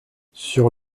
sur